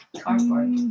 cardboard